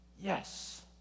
Yes